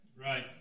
Right